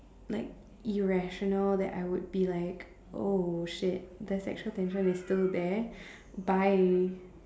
like irrational that I would be like oh shit the sexual tension is still there bye